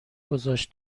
گذاشت